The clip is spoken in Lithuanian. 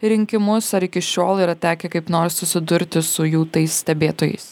rinkimus ar iki šiol yra tekę kaip nors susidurti su jų tais stebėtojais